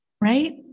Right